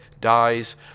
dies